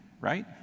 right